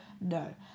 No